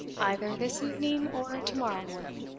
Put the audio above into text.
either this evening or to-morrow morning.